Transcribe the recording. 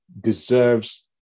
deserves